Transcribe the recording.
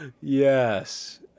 Yes